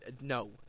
No